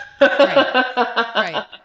Right